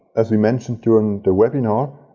as we mentioned during the webinar,